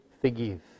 forgive